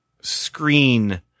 screen